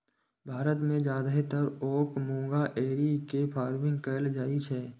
भारत मे जादेतर ओक मूंगा एरी के फार्मिंग कैल जाइ छै